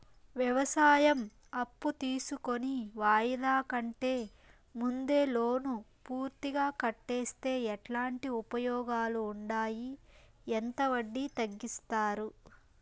వ్యవసాయం అప్పు తీసుకొని వాయిదా కంటే ముందే లోను పూర్తిగా కట్టేస్తే ఎట్లాంటి ఉపయోగాలు ఉండాయి? ఎంత వడ్డీ తగ్గిస్తారు?